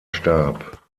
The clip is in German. starb